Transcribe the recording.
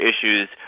issues